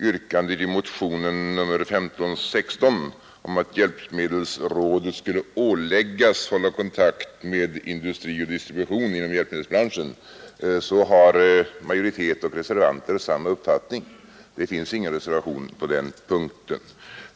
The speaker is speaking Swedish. yrkandet i motionen 1516 om att hjälpmedelsrådet ”skall åläggas hålla kontakt med vederbörande industri och distribution inom branschen” har majoritet och reservanter samma uppfattning. Det föreligger ingen reservation på den punkten.